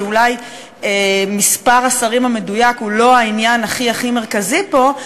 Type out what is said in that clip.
שאולי מספר השרים המדויק הוא לא העניין הכי הכי מרכזי פה,